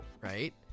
right